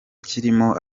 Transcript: kirimo